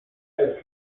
als